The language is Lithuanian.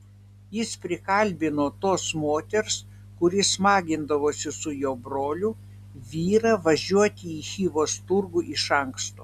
jis prikalbino tos moters kuri smagindavosi su jo broliu vyrą važiuoti į chivos turgų iš anksto